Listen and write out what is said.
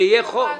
כמו --- בסדר,